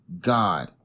God